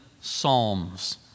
psalms